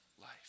life